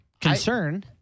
concern